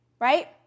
right